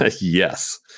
Yes